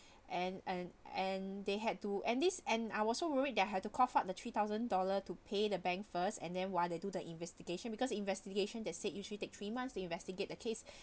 and and and they had to end this and I was so worried that had to cough out the three thousand dollar to pay the bank first and then while they do the investigation because investigation that said usually take three months to investigate the case